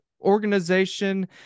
organization